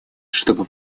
чтобы